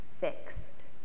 fixed